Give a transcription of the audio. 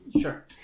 Sure